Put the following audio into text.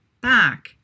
back